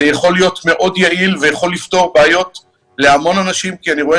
זה יכול להיות מאוד יעיל ויכול לפתור בעיות להרבה אנשים כי אני רואה